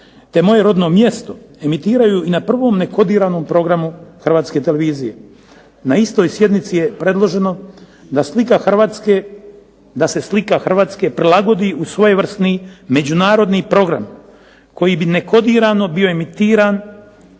te "Moje rodno mjesto" emitiraju na prvom nekodiranom programu Hrvatske televizije. Na istoj sjednici je predložene da se slika HRvatske prilagodi u svojevrsni međunarodni program koji bi nekodirano bio emitiran